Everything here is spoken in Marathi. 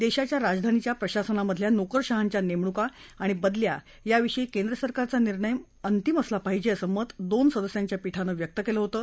देशाच्या राजधानीच्या प्रशासनामधल्या नोकरशहांच्या नेमणूका आणि बदल्या याविषयी केंद्र सरकारचा निर्णय अंतिम असला पाहिजे असं मत दोन सदस्यांच्या पीठानं व्यक्त केलं होतं